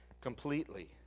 completely